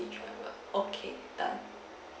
in travel okay done